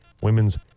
women's